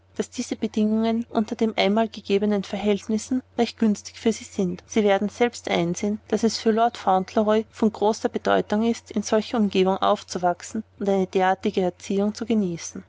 daß diese bedingungen unter den einmal gegebenen verhältnissen recht günstig für sie sind sie werden selbst einsehen daß es für lord fauntleroy von großer bedeutung ist in solcher umgebung aufzuwachsen und eine derartige erziehung zu genießen